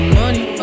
money